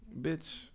bitch